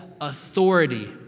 authority